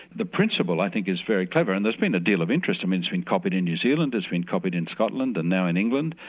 the principle i think is very clever, and there's been a deal of interest, i mean it's been copied in new zealand, it's been copied in scotland and now in england.